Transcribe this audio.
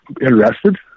interested